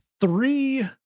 three